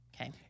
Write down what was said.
Okay